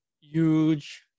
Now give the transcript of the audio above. Huge